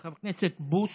חבר הכנסת בוסו,